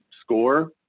score